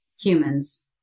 humans